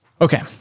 Okay